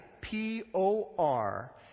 p-o-r